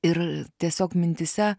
ir tiesiog mintyse